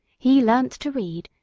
he learnt to read,